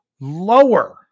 lower